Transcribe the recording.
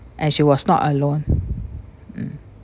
and she was not alone mm